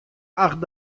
acht